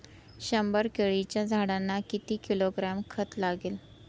शंभर केळीच्या झाडांना किती किलोग्रॅम खत लागेल?